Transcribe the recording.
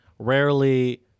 Rarely